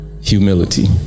humility